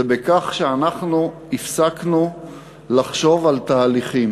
זה בכך שאנחנו הפסקנו לחשוב על תהליכים.